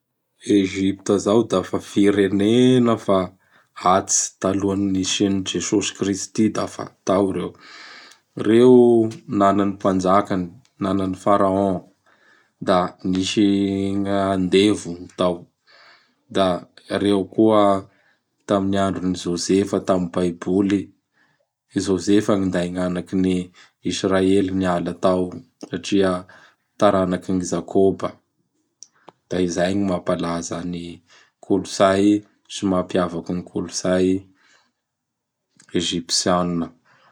I Egypta zao da fa firenena fa atitsy taloan nisian'i Jesôsy Kristy dafa tao reo. Reo nana ny mpanjakany, nana ny Faraon da nisy n gn andevo gn tao. Da reo koa tam andron'i Josefa tam baiboly. I Josefa gninday gn'anakin' i Israely niala tao satria taranakin'i Jakôba. Da izay gn mampalaza ny kolotsay sy mampiavaky gn kolotsay Egyptianina.